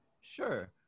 sure